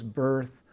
birth